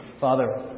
Father